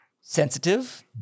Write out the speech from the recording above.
Sensitive